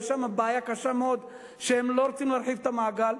יש שם בעיה קשה מאוד שהם לא רוצים להרחיב את המעגל.